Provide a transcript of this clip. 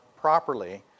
properly